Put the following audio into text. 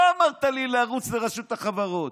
לא אמרת לי לרוץ לרשות החברות,